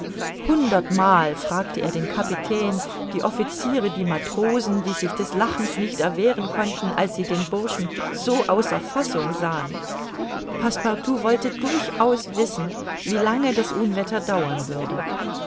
hundertmal fragte er den kapitän die officiere die matrosen die sich des lachens nicht erwehren konnten als sie den burschen so außer fassung sahen passepartout wollte durchaus wissen wie lange das unwetter dauern würde